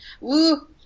Woo